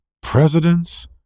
presidents